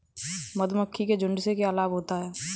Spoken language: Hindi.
मधुमक्खी के झुंड से क्या लाभ होता है?